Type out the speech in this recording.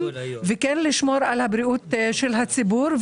וכן לשמור על הבריאות של הציבור,